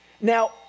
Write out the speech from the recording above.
Now